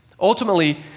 Ultimately